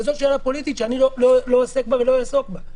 וזאת שאלה פוליטית שאני לא עוסק בה ולא אעסוק בה.